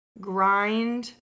grind